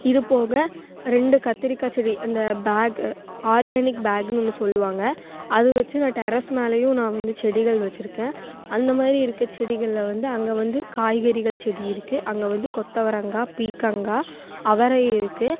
இதுபோக ரெண்டு கத்திரிக்காய் செடி அந்த பேகு ஆர்கனிக் பேகுன்னு ஒன்று சொல்லுவாங்க அது வச்சி நான் டெரஸ் மேலையும் நான் வந்து செடிகள் வச்சிருக்கேன் அந்தமாதிரி இருக்க செடிகளில் வந்து அங்கே வந்து காய்கறிகள் செடி இருக்கு அங்கே வந்து கொத்தவரங்காய் பீக்கங்காய் அவரை இருக்கு